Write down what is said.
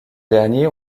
derniers